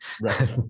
Right